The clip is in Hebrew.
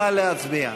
נא להצביע.